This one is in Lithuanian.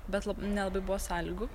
bet nelabai buvo sąlygų